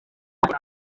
ubwo